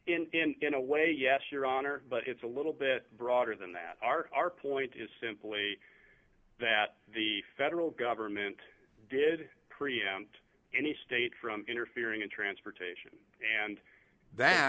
and in a way yes your honor but it's a little bit broader than that our our point is simply that the federal government did preempt any state from interfering in transportation and that